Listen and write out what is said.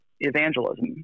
evangelism